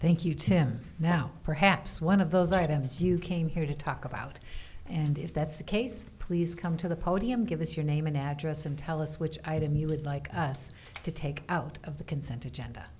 thank you tim now perhaps one of those items you came here to talk about and if that's the case please come to the podium give us your name and address and tell us which item you would like us to take out of the consent agenda